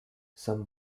some